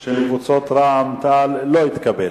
של קבוצת רע"ם-תע"ל לא התקבלה.